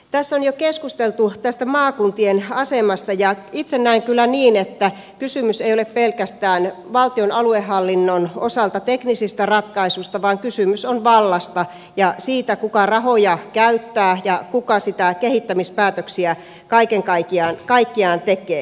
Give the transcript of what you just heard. tässä on jo keskusteltu maakuntien asemasta ja itse näen kyllä niin että kysymys ei ole pelkästään valtion aluehallinnon osalta teknisistä ratkaisuista vaan kysymys on vallasta ja siitä kuka rahoja käyttää ja kuka niitä kehittämispäätöksiä kaiken kaikkiaan tekee